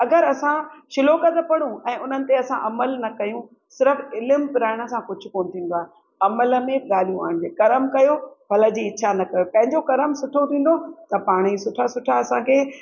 अगरि असां श्लोक खे पढ़ूं ऐं उन्हनि ते असां अमलु न कयूं सिर्फ़ु इलमु पराइण सां कुझु कोन थींदो आहे अमल में ॻाल्हियूं आणिजे कर्म कयो फल जी इछा न कयो पंहिंजो कर्म सुठो थींदो त पाण ई सुठा सुठा असांखे